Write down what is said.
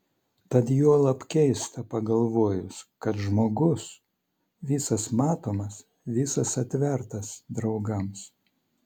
tad juolab keista pagalvojus kad žmogus visas matomas visas atvertas draugams